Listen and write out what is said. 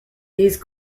these